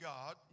God